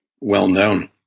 well-known